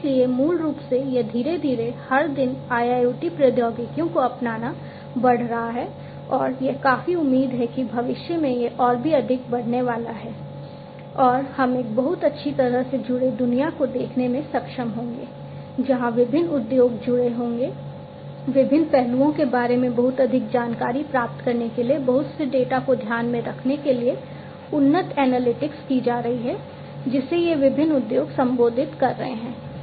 और इसलिए मूल रूप से यह धीरे धीरे हर दिन IIoT प्रौद्योगिकियों को अपनाना बढ़ रहा है और यह काफी उम्मीद है कि भविष्य में यह और भी अधिक बढ़ने वाला है और हम एक बहुत अच्छी तरह से जुड़े दुनिया को देखने में सक्षम होंगे जहां विभिन्न उद्योग जुड़े होंगे विभिन्न पहलुओं के बारे में बहुत अधिक जानकारी प्राप्त करने के लिए बहुत से डेटा को ध्यान में रखने के लिए उन्नत एनालिटिक्स की जा रही है जिसे ये विभिन्न उद्योग संबोधित कर रहे हैं